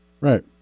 Right